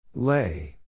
Lay